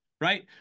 right